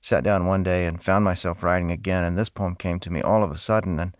sat down one day and found myself writing again, and this poem came to me all of a sudden.